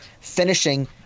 finishing